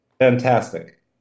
Fantastic